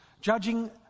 judging